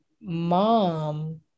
mom